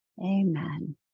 Amen